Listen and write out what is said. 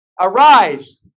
arise